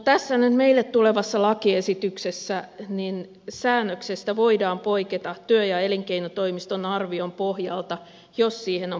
tässä meille tulevassa lakiesityksessä säännöksestä voidaan poiketa työ ja elinkeinotoimiston arvion pohjalta jos siihen on pätevä syy